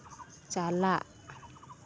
ᱪᱟᱞᱟᱜ